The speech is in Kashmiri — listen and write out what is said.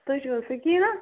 تۄہہِ چھُو حظ سکینا